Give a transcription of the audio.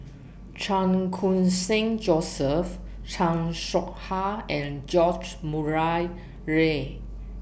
Chan Khun Sing Joseph Chan Soh Ha and George Murray Reith